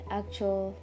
actual